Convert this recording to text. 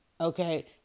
okay